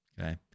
Okay